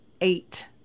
eight